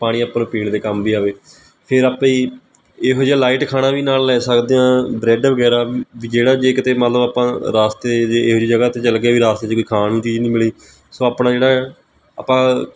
ਪਾਣੀ ਆਪਾਂ ਨੂੰ ਪੀਣ ਦੇ ਕੰਮ ਵੀ ਆਵੇ ਫਿਰ ਆਪੇ ਹੀ ਇਹੋ ਜਿਹਾ ਲਾਈਟ ਖਾਣਾ ਵੀ ਨਾਲ ਲੈ ਸਕਦੇ ਹਾਂ ਬਰੈਡ ਵਗੈਰਾ ਵੀ ਜਿਹੜਾ ਜੇ ਕਿਤੇ ਮਨ ਲਓ ਆਪਾਂ ਰਾਸਤੇ ਦੇ ਇਹੋ ਜਿਹੀ ਜਗ੍ਹਾ 'ਤੇ ਚਲੇ ਗਏ ਵੀ ਰਸਤੇ 'ਚ ਕੋਈ ਖਾਣ ਨੂੰ ਚੀਜ਼ ਨਹੀਂ ਮਿਲੀ ਸੋ ਆਪਣਾ ਜਿਹੜਾ ਆਪਾਂ